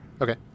Okay